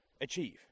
achieve